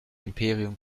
imperium